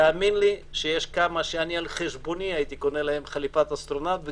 תאמין לי שיש כמה שהייתי קונה להם חליפת אסטרונאוט על